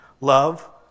Love